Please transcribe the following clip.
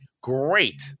great